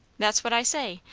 that's what i say.